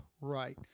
right